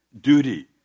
duty